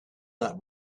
that